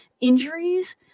injuries